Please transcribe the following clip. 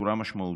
בצורה משמעותית,